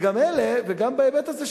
וגם בהיבט הזה,